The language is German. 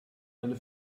eine